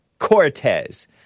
Cortez